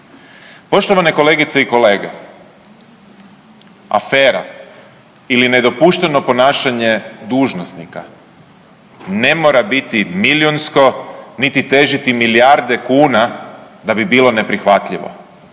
Poštovane kolegice i kolege, afera ili nedopušteno ponašanje dužnosnika ne mora biti milijunsko niti težiti milijarde kuna da bi bilo neprihvatljivo.